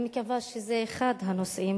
אני מקווה שזה אחד הנושאים,